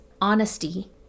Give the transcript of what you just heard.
honesty